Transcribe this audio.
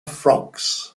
frogs